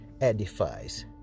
edifies